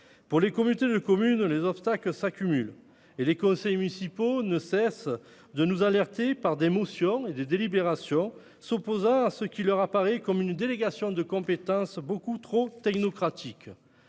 dans les communautés de communes, les obstacles s'accumulent. Les conseils municipaux ne cessent de nous alerter par des motions et des délibérations s'opposant à ce qui leur apparaît comme une délégation de compétence beaucoup trop technocratique.